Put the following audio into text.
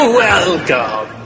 welcome